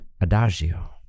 Adagio